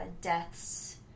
Death's